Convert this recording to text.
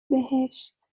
بهشت